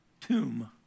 tomb